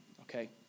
Okay